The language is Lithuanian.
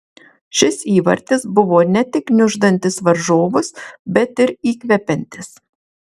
šis įvartis buvo ne tik gniuždantis varžovus bet ir įkvepiantis